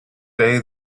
day